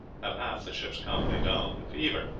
have half the ship's company down with the fever.